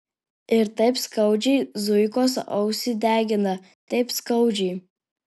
ir taip skaudžiai zuikos ausį degina taip skaudžiai